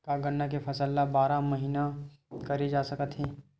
का गन्ना के फसल ल बारह महीन करे जा सकथे?